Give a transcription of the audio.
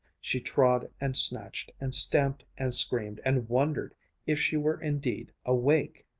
she trod and snatched and stamped and screamed, and wondered if she were indeed awake.